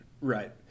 right